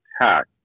attack